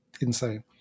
insane